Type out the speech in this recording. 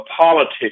politics